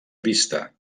vista